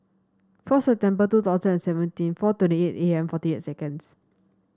four September two thousand and seventeen four twenty eight A M forty eight seconds